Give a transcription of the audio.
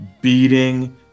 beating